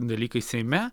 dalykai seime